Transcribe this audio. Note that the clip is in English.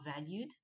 valued